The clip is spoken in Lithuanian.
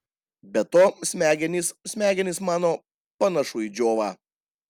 be to smegenys smegenys mano panašu į džiovą